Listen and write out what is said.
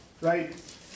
Right